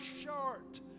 short